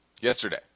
yesterday